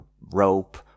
rope